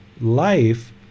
life